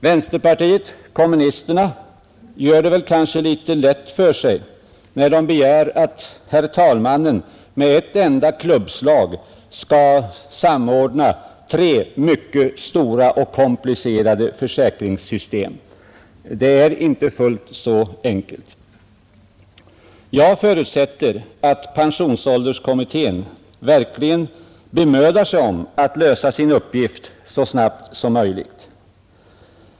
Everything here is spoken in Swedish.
Vänsterpartiet kommunisterna gör det kanske litet lätt för sig, när deras företrädare begär att herr talmannen med ett enda klubbslag skall samordna tre mycket stora och komplicerade försäkringssystem. Det är inte fullt så enkelt. Jag förutsätter att pensionsålderskommittén verkligen bemödar sig om att lösa sin uppgift så snabbt som möjligt.